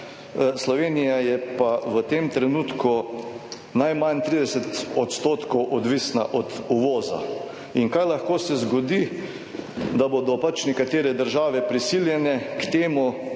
Slovenija je pa v tem trenutku najmanj 30 odstotkov odvisna od uvoza in kaj lahko se zgodi, da bodo pač nekatere države prisiljene k temu